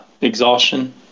exhaustion